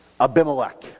Abimelech